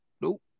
nope